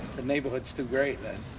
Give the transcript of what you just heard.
the neighborhood's too great then.